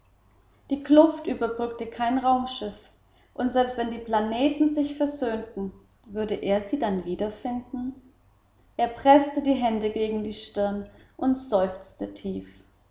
die kluft überbrückte kein raumschiff und selbst wenn die planeten sich versöhnten würde er sie dann wiederfinden er preßte die hände gegen die stirn und seufzte tief